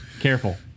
Careful